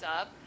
up